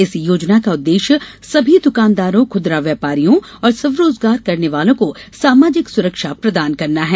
इस योजना का उद्देश्य सभी दुकानदारों खुदरा व्यापारियों और स्वरोजगार करने वालों को सामाजिक सुरक्षा प्रदान करना है